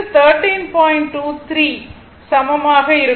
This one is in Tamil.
23 sin சமமாக இருக்கும்